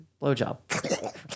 blowjob